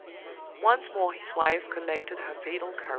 once more his wife collected her fatal courage.